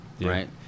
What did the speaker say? right